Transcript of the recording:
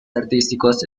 artísticos